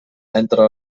entra